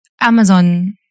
Amazon